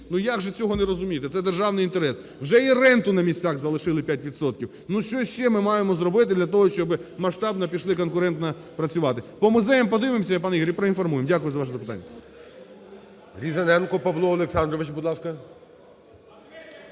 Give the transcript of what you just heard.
Ну як же цього не розуміти? Це державний інтерес. Вже і ренту на місцях залишили 5 відсотків. Ну що ще ми маємо зробити для того, щоби масштабно пішли конкурентно працювати. По музеям подивимося, пане Юрію, і проінформуємо. Дякую за ваше запитання.